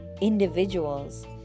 individuals